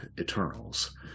eternals